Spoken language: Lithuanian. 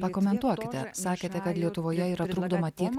pakomentuokite sakėte kad lietuvoje yra bandoma teikti